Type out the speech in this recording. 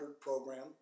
program